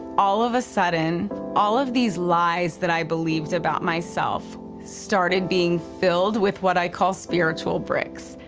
all of a sudden all of these lies that i believed about myself started being filled with what i call spiritual bricks,